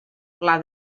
pla